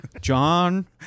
John